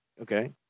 okay